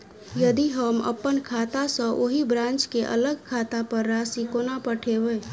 यदि हम अप्पन खाता सँ ओही ब्रांच केँ अलग खाता पर राशि कोना पठेबै?